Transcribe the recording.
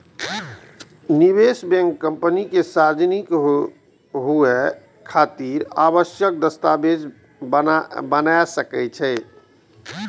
निवेश bank company के सार्वजनिक होइ खातिर आवश्यक दस्तावेज बना सकै छै